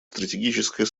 стратегическая